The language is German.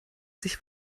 sich